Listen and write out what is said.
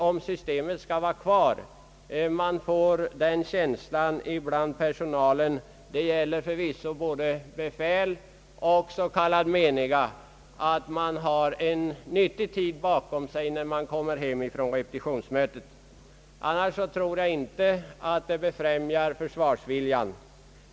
Om systemet skall behållas bör vi nog tillse att personalen, det gäller både befäl och s.k. meniga, så långt som möjligt får den känslan att man har en nyttig tid bakom sig när man återvän der från repetitionsövningen. Annars tror jag inte att systemet med repetitionsövningar befrämjar försvarsviljan.